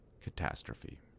catastrophe